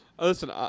Listen